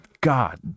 god